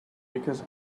because